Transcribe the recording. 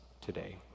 today